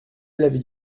l’avis